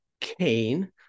Cain